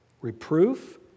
reproof